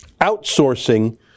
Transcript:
outsourcing